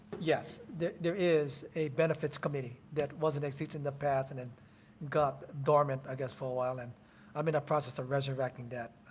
yes, there there is a benefits committee that wasn't exist in the past and and got dormant i guess for awhile and i'm in a process of resurrecting that.